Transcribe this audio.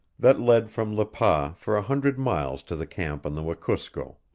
that led from le pas for a hundred miles to the camp on the wekusko.